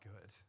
good